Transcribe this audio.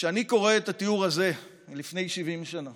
כשאני קורא את התיאור הזה מלפני 70 שנה